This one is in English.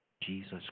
Jesus